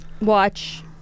watch